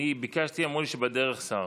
ביקשתי, אמרו לי שבדרך שר.